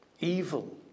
evil